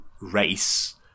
race